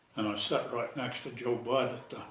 set right next to joe bud,